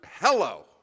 hello